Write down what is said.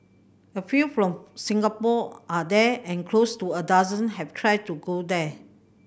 a few from Singapore are there and close to a dozen have tried to go there